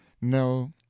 No